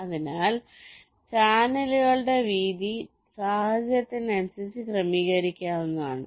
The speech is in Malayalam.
അതിനാൽ ചാനലുകളുടെ വീതി സാഹചര്യത്തിനനുസരിച്ച് ക്രമീകരിക്കാവുന്നതാണ്